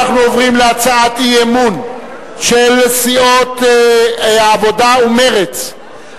אנחנו עוברים להצעת אי-אמון של סיעות העבודה ומרצ,